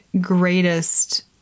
greatest